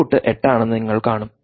input 8 ആണെന്ന് നിങ്ങൾ കാണും